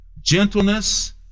gentleness